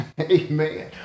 amen